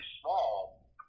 small